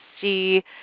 see